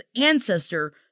ancestor